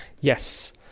Yes